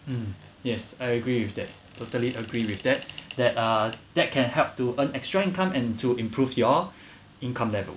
mm yes I agree with that totally agree with that that uh that can help to earn extra income and to improve your income level